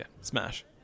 smash